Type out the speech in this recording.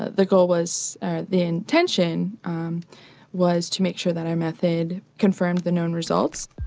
ah the goal was or the intention was to make sure that our method confirmed the known results.